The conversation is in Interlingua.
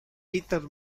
peter